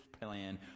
plan